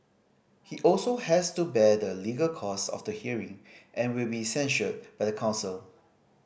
he also has to bear the legal cost of the hearing and will be censured by the council